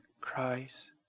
Christ